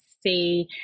see